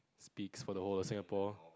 speaks for the whole Singapore